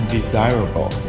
desirable